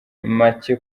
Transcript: make